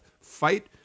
fight